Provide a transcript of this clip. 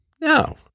No